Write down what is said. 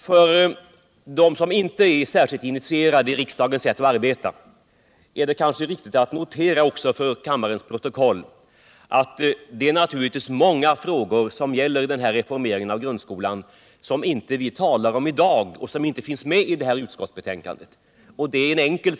För de läsare av kammarens protokoll som inte är särskilt insatta i riksdagens sätt att arbeta är det kanske viktigt att vi framhåller att det naturligtvis är många frågor som gäller denna reformering av grundskolan som inte behandlas i utskottsbetänkandet och som vi inte talar om i dag.